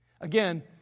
Again